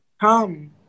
Come